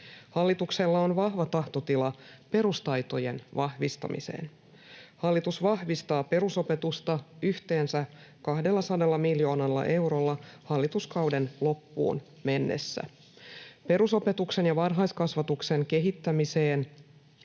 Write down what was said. Hallituksella on vahva tahtotila perustaitojen vahvistamiseen. Hallitus vahvistaa perusopetusta yhteensä 200 miljoonalla eurolla hallituskauden loppuun mennessä. Perusopetuksen ja varhaiskasvatuksen kehittämiseen